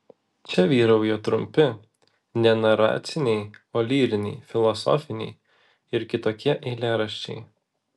čia vyrauja trumpi ne naraciniai o lyriniai filosofiniai ir kitokie eilėraščiai